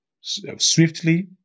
swiftly